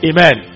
Amen